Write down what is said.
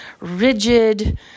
rigid